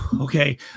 okay